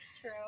True